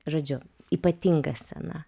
žodžiu ypatinga scena